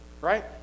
right